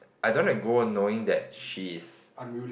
I don't want to go knowing that she's